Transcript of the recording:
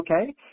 okay